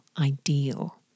ideal